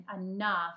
enough